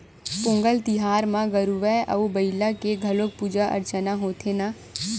पोंगल तिहार म गरूवय अउ बईला के घलोक पूजा अरचना होथे न